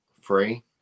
free